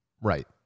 right